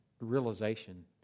realization